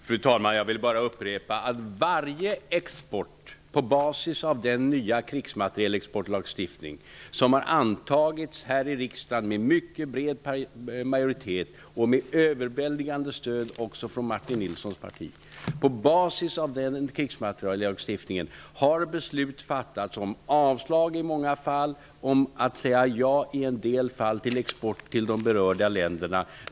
Fru talman! Jag vill bara upprepa att varje beslut som har fattats om avslag på export och i en del fall om att att säga ja till export till de berörda länderna har fattats på basis av den nya krigsmaterielexportagstiftning som har antagits här i riksdagen, med mycket bred majoritet och med överväldigande stöd också från Martin Nilssons parti.